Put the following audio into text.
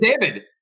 David